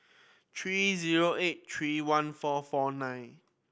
three zero eight three one four four nine